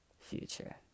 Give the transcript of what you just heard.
future